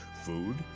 Food